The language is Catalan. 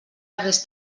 hagués